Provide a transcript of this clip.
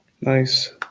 nice